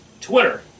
Twitter